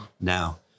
now